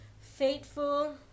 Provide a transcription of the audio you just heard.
fateful